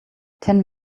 ten